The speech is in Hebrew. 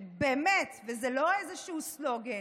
שבאמת, וזה לא איזשהו סלוגן,